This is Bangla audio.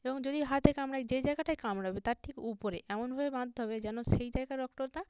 এবং যদি হাতে কামড়ায় যে জায়গাটায় কামড়াবে তার ঠিক উপরে এমন ভাবে বাঁধতে হবে যেন সেই জায়গার রক্তটা